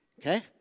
okay